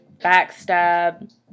backstab